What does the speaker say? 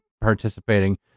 participating